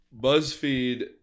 BuzzFeed